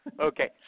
Okay